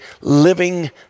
living